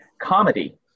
comedy